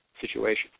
situation